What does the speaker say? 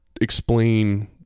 explain